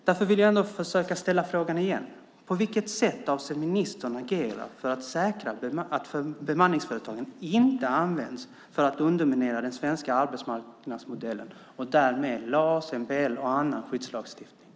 Därför vill jag ställa frågan igen: På vilket sätt avser ministern att agera för att säkra att bemanningsföretagen inte används för att underminera den svenska arbetsmarknadsmodellen och därmed LAS, MBL och annan skyddslagstiftning?